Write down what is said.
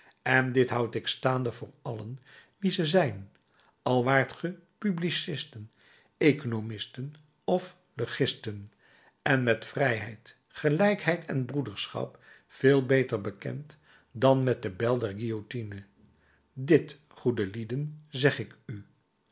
en dit houd ik staande voor allen wie ze zijn al waart ge publicisten economisten of legisten en met vrijheid gelijkheid en broederschap veel beter bekend dan met de bijl der guillotine dit goede lieden zeg ik u